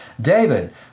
David